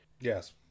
Yes